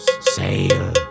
sail